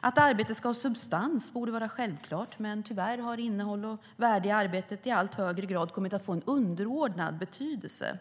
Att arbete ska ha substans borde vara självklart. Men tyvärr har innehåll och värde i arbetet i allt högre grad kommit att få underordnad betydelse.